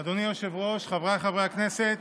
אדוני היושב-ראש, חבריי חברי הכנסת,